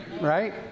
right